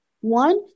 One